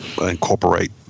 incorporate